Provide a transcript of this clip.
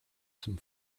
some